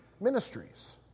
ministries